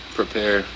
prepare